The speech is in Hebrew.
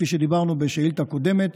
כפי שדיברנו בשאילתה קודמת,